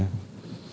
no ya